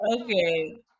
Okay